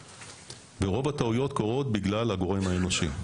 ורוב הטעויות קורות בגלל הגורם האנושי.